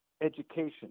education